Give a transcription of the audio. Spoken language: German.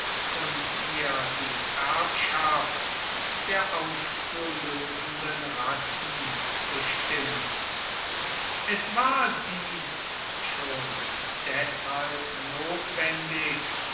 und ihr die erbschaft der aufzulösenden rassen bestimmt es war dies schon deshalb notwendig